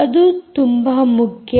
ಅದು ತುಂಬಾ ಮುಖ್ಯ